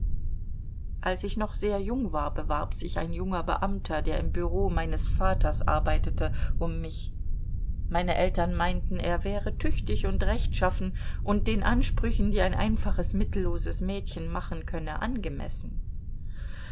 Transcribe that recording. als ich noch sehr jung war bewarb sich ein junger beamter der im bureau meines vaters arbeitet um mich meine eltern meinten er wäre tüchtig und rechtschaffen und den ansprüchen die ein einfaches mittelloses mädchen machen könne angemessen